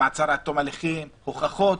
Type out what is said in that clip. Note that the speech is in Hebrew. מעצר עד תום ההליכים, הוכחות.